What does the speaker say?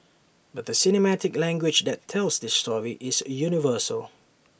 but the cinematic language that tells this story is universal